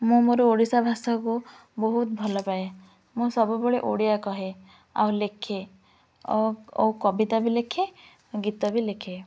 ମୁଁ ମୋର ଓଡ଼ିଶା ଭାଷାକୁ ବହୁତ ଭଲ ପାାଏ ମୁଁ ସବୁବେଳେ ଓଡ଼ିଆ କହେ ଆଉ ଲେଖେ ଓ କବିତା ବି ଲେଖେ ଗୀତ ବି ଲେଖେ